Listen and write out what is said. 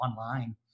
online